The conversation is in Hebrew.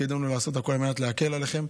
תפקידנו לעשות הכול על מנת להקל עליכם.